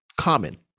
common